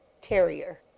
Terrier